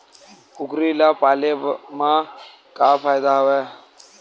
कुकरी ल पाले म का फ़ायदा हवय?